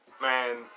man